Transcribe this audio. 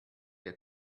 der